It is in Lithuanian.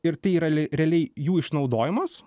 ir tai yra realiai jų išnaudojimas